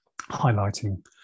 highlighting